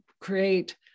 create